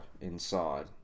inside